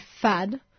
fad